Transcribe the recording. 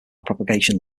propagation